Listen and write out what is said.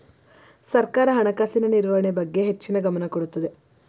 ಸರ್ಕಾರ ಹಣಕಾಸಿನ ನಿರ್ವಹಣೆ ಬಗ್ಗೆ ಹೆಚ್ಚಿನ ಗಮನ ಕೊಡುತ್ತದೆ